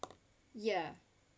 yeah